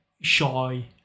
shy